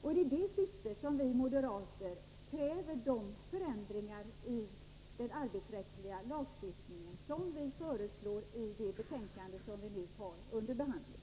Det är i det syftet vi moderater kräver förändringar i den arbetsrättsliga lagstiftningen, enligt förslagen i det betänkande vi nu har under behandling.